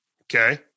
Okay